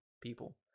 people